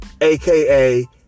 aka